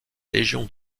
légion